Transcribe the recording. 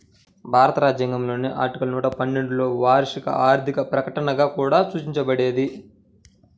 భారత రాజ్యాంగంలోని ఆర్టికల్ నూట పన్నెండులోవార్షిక ఆర్థిక ప్రకటనగా కూడా సూచించబడేది